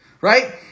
Right